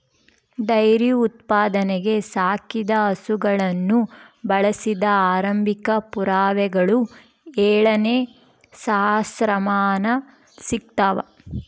dairy ಉತ್ಪಾದನೆಗೆ ಸಾಕಿದ ಹಸುಗಳನ್ನು ಬಳಸಿದ ಆರಂಭಿಕ ಪುರಾವೆಗಳು ಏಳನೇ ಸಹಸ್ರಮಾನ ಸಿಗ್ತವ